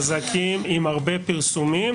חזקים עם הרבה פרסומים,